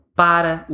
para